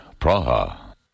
Praha